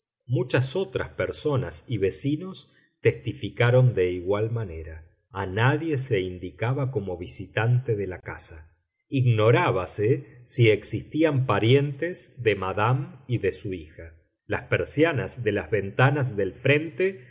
muchas otras personas y vecinos testificaron de igual manera a nadie se indicaba como visitante de la casa ignorábase si existían parientes de madame l y de su hija las persianas de las ventanas del frente